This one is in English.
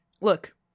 look